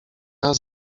raz